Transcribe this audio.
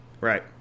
Right